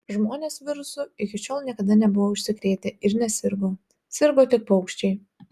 žmonės virusu iki šiol niekada nebuvo užsikrėtę ir nesirgo sirgo tik paukščiai